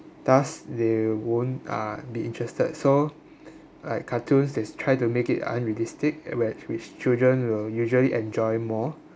thus they won't uh be interested so like cartoons they try to make it unrealistic where which children will usually enjoy more